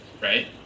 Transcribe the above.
right